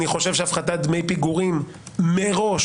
אני חושב שהפחתת דמי פיגורים מראש,